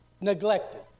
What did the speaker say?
neglected